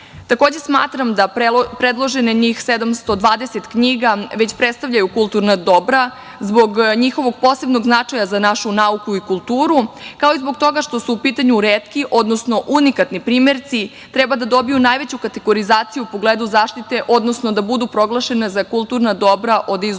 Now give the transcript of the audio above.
građe. Takođe, smatram da predloženih 720 knjiga već predstavljaju kulturna dobra zbog njihovog posebnog značaja za našu nauku i kulturu, kao i zbog toga što su u pitanju retki, odnosno unikatni primerci i treba da dobiju najveću kategorizaciju u pogledu zaštite, odnosno da budu proglašena za kulturna dobra od izuzetnog